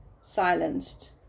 silenced